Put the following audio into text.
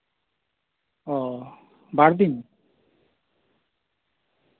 ᱚ ᱵᱟᱨ ᱫᱤᱱ